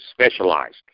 specialized